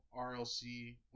RLC